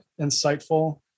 insightful